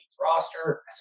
roster